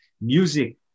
music